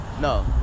No